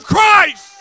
Christ